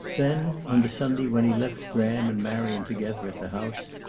then, on the sunday when he left graham and marion together at the house,